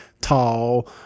Tall